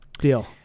deal